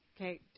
Okay